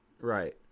Right